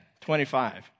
25